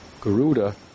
Garuda